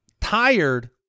Tired